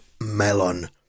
melon